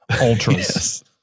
ultras